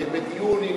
אדוני,